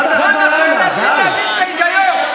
גם ב-01:00, די.